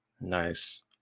nice